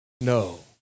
no